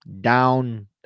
down